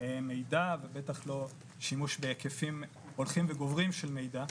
מידע ובטח לא שימוש בהיקפים הולכם וגוברים של מידע.